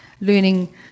Learning